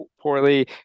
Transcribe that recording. poorly